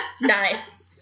Nice